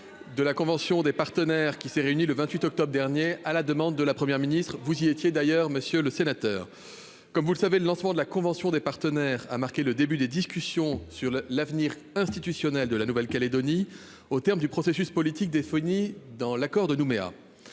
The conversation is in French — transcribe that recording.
de la convention des partenaires, qui s'est réunie le 28 octobre dernier, à la demande de la Première ministre. Vous étiez d'ailleurs présent. Comme vous le savez, le lancement de la convention des partenaires a marqué le début des discussions sur l'avenir institutionnel de la Nouvelle-Calédonie au terme du processus politique prévu dans l'accord de Nouméa.